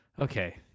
okay